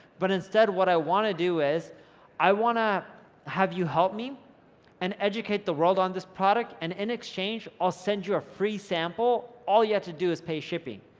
but instead, what i wanna do is i wanna have you help me and educate the world on this product, and in exchange, i'll send you a free sample. all you have to do is pay shipping.